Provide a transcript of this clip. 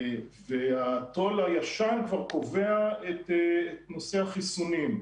התו"ל הישן כבר קובע את נושא החיסונים.